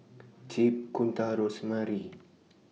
Chip Kunta and Rosemary